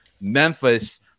Memphis